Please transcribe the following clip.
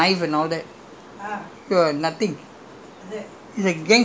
I ran into the longkang to escape because they coming with the knives and all that